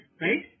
right